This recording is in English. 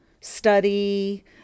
study